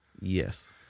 Yes